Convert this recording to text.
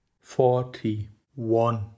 Forty-one